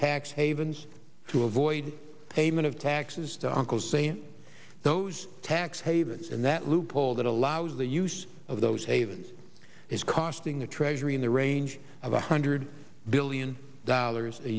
tax havens to avoid payment of taxes to uncle sam those tax havens and that loophole that allows the use of those havens is costing the treasury in the range of one hundred billion dollars a